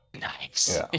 Nice